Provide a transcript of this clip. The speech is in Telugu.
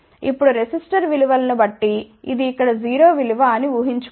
ఇప్పుడు రెసిస్టర్ విలువను బట్టి ఇది ఇక్కడ 0 విలువ అని ఉహించుకోండి